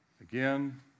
again